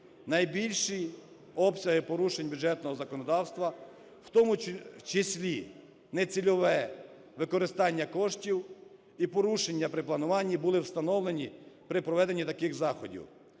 Найбільші обсяги порушень бюджетного законодавства, у тому числі нецільове використання коштів і порушення при плануванні, були встановлені при проведенні таких заходів.